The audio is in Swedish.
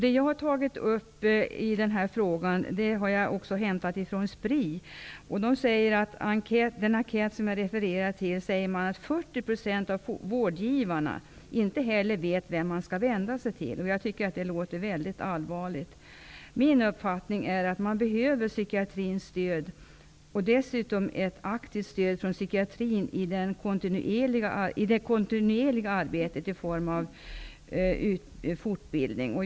Det jag har tagit upp i frågan har jag hämtat från SPRI, och av den enkät som jag refererar till framgår det att 40 % av vårdgivarna inte vet vem de skall vända sig till. Det är mycket allvarligt. Min uppfattning är att personalen behöver psykiatrins stöd, bl.a. i det kontinuerliga arbetet i form av fortbildning.